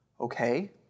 Okay